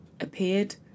appeared